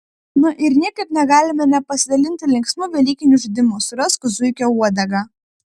na ir niekaip negalime nepasidalinti linksmu velykiniu žaidimu surask zuikio uodegą